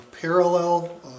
parallel